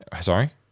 Sorry